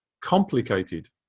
complicated